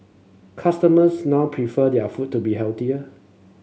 customers now prefer their food to be healthier